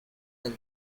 well